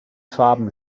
farben